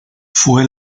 fue